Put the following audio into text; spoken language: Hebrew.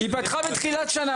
היא פתחה בתחילת שנה.